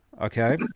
okay